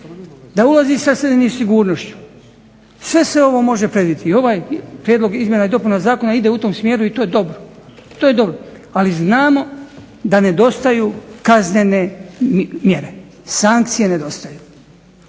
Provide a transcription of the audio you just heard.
ne razumije./… i sigurnošću. Sve se ovo može predvidjeti i ovaj prijedlog izmjena i dopuna zakona ide u tom smjeru i to je dobro. Ali znamo da nedostaju kaznene mjere, sankcije nedostaju.